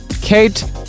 Kate